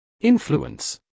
influence